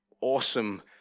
awesome